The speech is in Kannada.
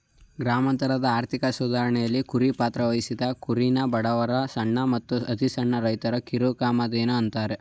ಗ್ರಾಮಾಂತರದ ಆರ್ಥಿಕ ಸುಧಾರಣೆಲಿ ಕುರಿ ಪಾತ್ರವಹಿಸ್ತದೆ ಕುರಿನ ಬಡವರ ಸಣ್ಣ ಮತ್ತು ಅತಿಸಣ್ಣ ರೈತರ ಕಿರುಕಾಮಧೇನು ಅಂತಾರೆ